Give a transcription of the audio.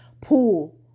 pool